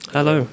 Hello